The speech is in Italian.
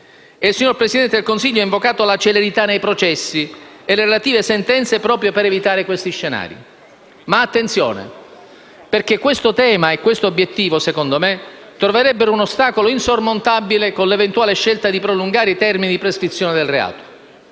Il signor Presidente del Consiglio ha invocato la celerità nei processi e le relative sentenze proprio per evitare questi scenari. Ma attenzione, perché questo tema e questo obiettivo - secondo me - troverebbero un ostacolo insormontabile con l'eventuale scelta di prolungare i termini di prescrizione del reato.